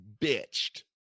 bitched